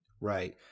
Right